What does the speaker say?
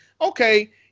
okay